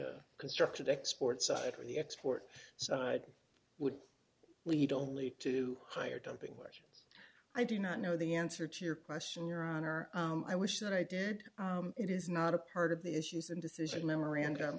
the constructed export side or the export side would lead only to higher dumping which i do not know the answer to your question your honor i wish that i did it is not a part of the issues and decision memorandum